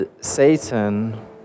Satan